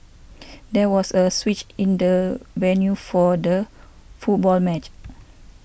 there was a switch in the venue for the football match